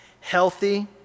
healthy